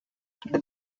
the